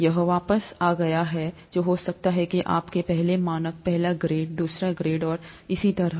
यह वापस आ गया है हो सकता है कि आप के पहला मानक पहला ग्रेड दूसरा ग्रेड और इसी तरह